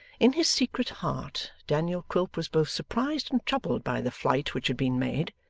in his secret heart, daniel quilp was both surprised and troubled by the flight which had been made.